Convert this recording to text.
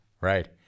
Right